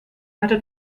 hatte